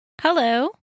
Hello